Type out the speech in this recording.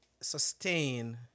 sustain